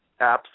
apps